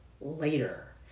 later